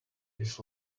his